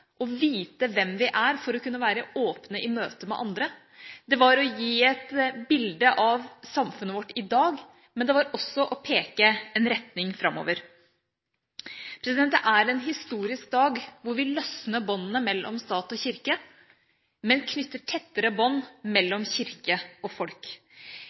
vite hvem vi er for å kunne være åpne i møte med andre, det var å gi et bilde av samfunnet vårt i dag, men det var også å peke en retning framover. Det er en historisk dag, hvor vi løsner båndene mellom stat og kirke, men knytter tettere bånd mellom kirke og folk.